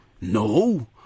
No